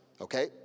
Okay